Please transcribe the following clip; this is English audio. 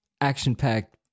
action-packed